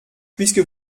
puisque